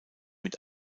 mit